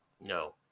No